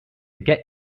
get